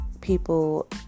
people